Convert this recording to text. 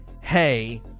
Hey